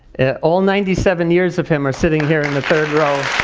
all ninety seven years of him are sitting here and the third row.